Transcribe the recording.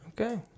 Okay